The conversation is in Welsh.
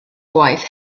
gwaith